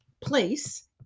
place